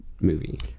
movie